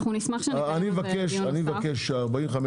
אנחנו נשמח שנקיים דיון נוסף.